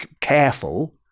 careful